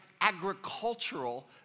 agricultural